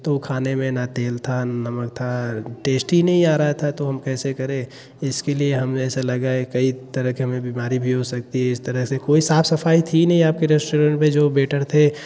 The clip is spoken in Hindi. तो खाने में न तेल था नमक था टेस्ट ही नहीं आ रहा था तो हम कैसे करें इसके लिए हमें ऐसा लगा है कई तरह के हमें बीमारी भी हो सकती है इस तरह से कोई साफ़ सफ़ाई थी ही नहीं आपके रेस्टोरेंट में जो बेटर थे